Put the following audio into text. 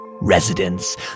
Residents